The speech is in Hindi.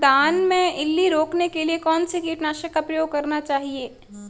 धान में इल्ली रोकने के लिए कौनसे कीटनाशक का प्रयोग करना चाहिए?